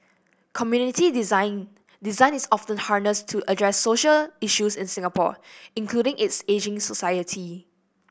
community design Design is often harnessed to address social issues in Singapore including its ageing society